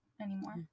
anymore